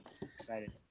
Excited